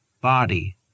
body